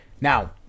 Now